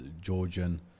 Georgian